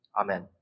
Amen